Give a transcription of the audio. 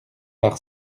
bar